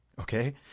okay